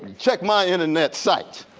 check my internet sites,